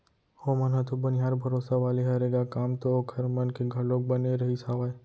ओमन ह तो बनिहार भरोसा वाले हरे ग काम तो ओखर मन के घलोक बने रहिस हावय